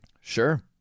Sure